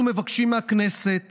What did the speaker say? אנחנו מבקשים מהכנסת